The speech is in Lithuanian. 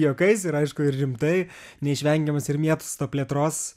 juokais ir aišku ir rimtai neišvengiamas ir miesto plėtros